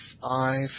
five